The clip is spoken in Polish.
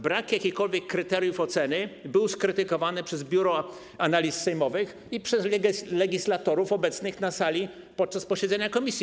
Brak jakichkolwiek kryteriów oceny był skrytykowany przez Biuro Analiz Sejmowych i przez legislatorów obecnych na sali podczas posiedzenia komisji.